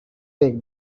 take